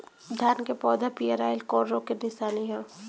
धान के पौधा पियराईल कौन रोग के निशानि ह?